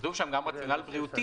כתוב שם גם רציונל בריאותי,